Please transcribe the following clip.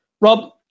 Rob